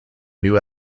new